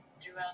throughout